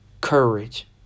Courage